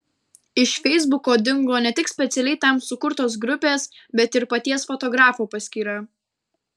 iš feisbuko dingo ne tik specialiai tam sukurtos grupės bet ir paties fotografo paskyra